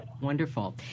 Wonderful